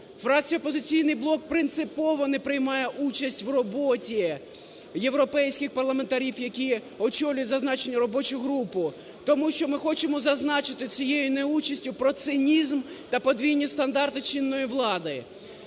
Фракція "Опозиційний блок" принципово не приймає участь в роботі "європейських парламентарів", які очолюють зазначену робочу групу, тому що ми хочемо зазначити цієї неучастю про цинізм та подвійні стандарти чинної влади.